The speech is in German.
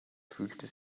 fühlte